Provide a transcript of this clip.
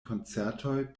koncertoj